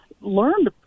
learned